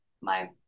my-